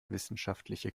wissenschaftliche